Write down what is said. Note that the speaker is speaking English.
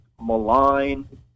maligned